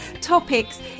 topics